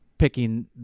picking